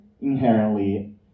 inherently